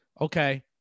okay